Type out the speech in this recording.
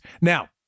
now